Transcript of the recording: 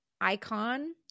icon